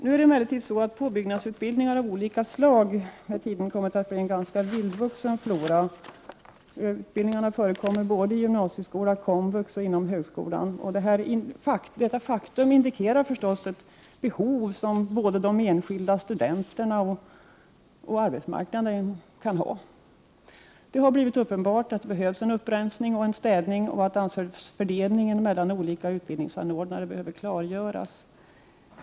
Nuhar 7 töltilska vek emellertid påbyggnadsutbildningar av olika slag med tiden kommit att bli en förtekniska yrken m.m. ganska vildvuxen flora. Utbildningarna förekommer i gymnasieskolan, komvux och högskolan. Detta faktum indikerar att både de enskilda studenterna och arbetsmarknaden har ett behov av sådan utbildning. Det har blivit uppenbart att det behövs en upprensning och en städning samt att ansvarsfördelningen mellan olika utbildningsanordnare behöver klargöras.